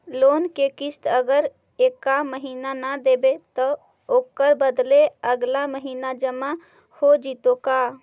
Loan के किस्त अगर एका महिना न देबै त ओकर बदले अगला महिना जमा हो जितै का?